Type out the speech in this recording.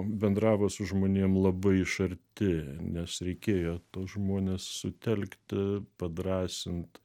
bendravo su žmonėm labai iš arti nes reikėjo tuos žmones sutelkti padrąsint